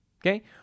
okay